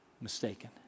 mistaken